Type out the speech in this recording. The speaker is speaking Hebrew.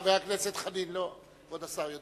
חבר הכנסת חנין דב.